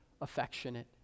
affectionate